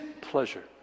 pleasure